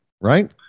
right